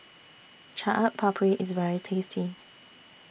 Chaat Papri IS very tasty